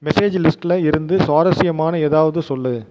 message லிஸ்ட்டில் இருந்து சுவாரசியமான ஏதாவது சொல்